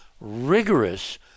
rigorous